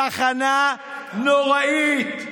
צחנה נוראית.